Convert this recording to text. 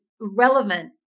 relevant